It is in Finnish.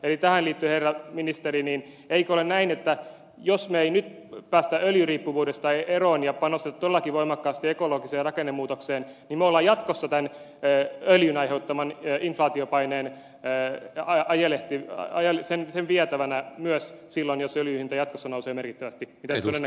eli tähän liittyen herra ministeri eikö ole näin että jos me emme nyt pääse öljyriippuvuudesta eroon ja panosta todellakin voimakkaasti ekologiseen rakennemuutokseen niin me olemme jatkossa tämän öljyn aiheuttaman inflaatiopaineen vietävänä myös silloin jos öljyn hinta jatkossa nousee merkittävästi mitä se todennäköisesti tekee